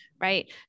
right